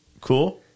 Cool